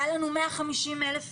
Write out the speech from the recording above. היו לנו 150 אלף